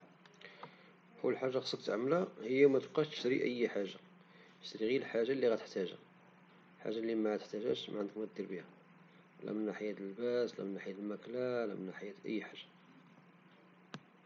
أول حاجة لي خصك تعملها هي متبقاش تشري أي حاجة. وتشري غير الحاجة لي غتحتاجها.والحاجة لي معتحتاجهاش معندك مدير بها. من الناحية ديال اللباس، من الناحية ديال المكلة، من ناحية أي حاجة.